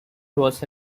was